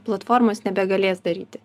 platformos nebegalės daryti